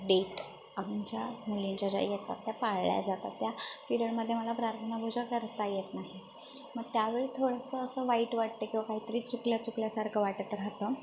date आमच्या मुलींच्या ज्या येतात त्या पाळल्या जातात त्या पिरिअडमध्ये मला प्रार्थना पूजा करता येत नाही मग त्यावेळी थोडंसं असं वाईट वाटतं किंवा काहीतरी चुकल्या चुकल्यासारखं वाटत राहतं